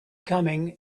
coming